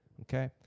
Okay